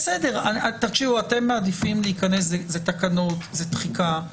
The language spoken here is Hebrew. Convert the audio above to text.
זה תקנות, זה תחיקה.